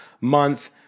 month